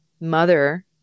mother